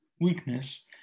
weakness